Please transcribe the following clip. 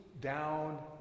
down